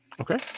Okay